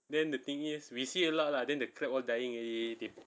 then the thing is we see a lot lah then the crab all dying already they